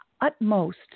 utmost